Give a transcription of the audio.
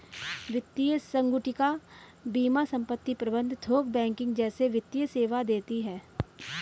वित्तीय संगुटिका बीमा संपत्ति प्रबंध थोक बैंकिंग जैसे वित्तीय सेवा देती हैं